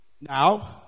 Now